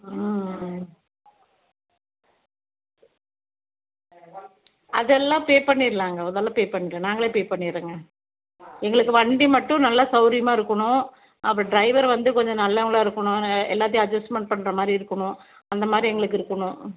ஆ ஆ அதெல்லாம் பே பண்ணிடுலாங்க அதெல்லாம் பே பண்ணிடுலாம் நாங்களே பே பண்ணிடுறோங்க எங்களுக்கு வண்டி மட்டும் நல்லா சவுரியமாக இருக்கணும் அப்புறம் ட்ரைவர் வந்து கொஞ்சம் நல்லவங்களா இருக்கணும் எல்லாத்தையும் அட்ஜெஸ்ட்மெண்ட் பண்றமாதிரி இருக்கணும் அந்த மாதிரி எங்களுக்கு இருக்கணும்